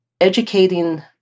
educating